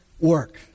work